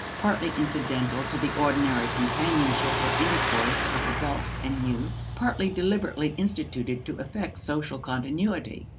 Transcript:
partly incidental to the ordinary companionship or intercourse of adults and youth, partly deliberately instituted to effect social continuity.